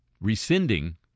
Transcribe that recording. rescinding